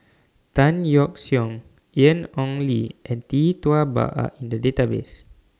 Tan Yeok Seong Ian Ong Li and Tee Tua Ba Are in The Database